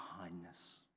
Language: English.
kindness